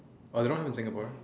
but they not in Singapore